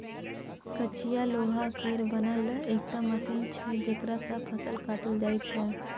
कचिया लोहा केर बनल एकटा मशीन छै जकरा सँ फसल काटल जाइ छै